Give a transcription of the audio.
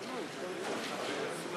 נא לשבת.